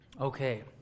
Okay